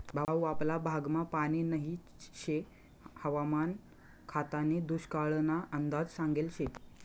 भाऊ आपला भागमा पानी नही शे हवामान खातानी दुष्काळना अंदाज सांगेल शे